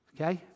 okay